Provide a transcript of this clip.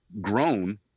grown